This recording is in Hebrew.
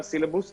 הסילבוס הנדרש,